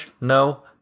no